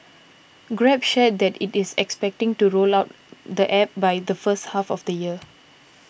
grab shared that it is expecting to roll out the App by the first half of the year